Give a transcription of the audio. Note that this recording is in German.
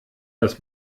das